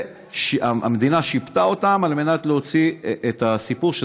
המדינה שיפתה אותם על מנת להוציא את הסיפור,